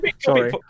Sorry